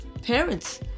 Parents